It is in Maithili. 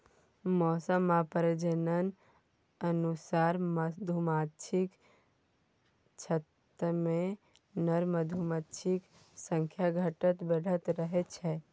मौसम आ प्रजननक अनुसार मधुमाछीक छत्तामे नर मधुमाछीक संख्या घटैत बढ़ैत रहै छै